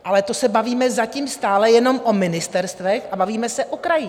Ale to se bavíme zatím stále jenom o ministerstvech a bavíme se o krajích.